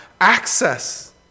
access